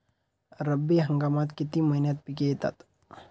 रब्बी हंगामात किती महिन्यांत पिके येतात?